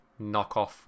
knockoff